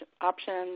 options